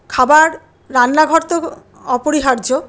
খাবার রান্নাঘর তো অপরিহার্য